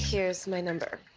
here's my number.